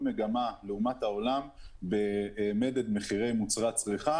מגמה לעומת העולם במדד מחירי מוצרי הצריכה.